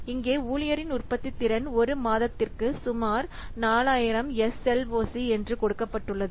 இங்கே ஊழியரின் உற்பத்தித்திறன் ஒரு மாதத்திற்கு சுமார் 4000 S L O C என்று கொடுக்கப்பட்டுள்ளது